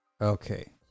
Okay